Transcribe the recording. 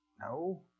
No